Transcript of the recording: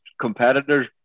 competitors